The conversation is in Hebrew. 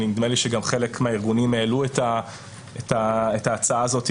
נדמה לי שגם חלק מהארגונים העלו את ההצעה הזאת,